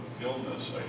illness